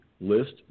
list